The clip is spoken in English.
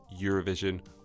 Eurovision